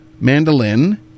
mandolin